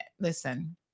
Listen